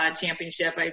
championship